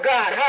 God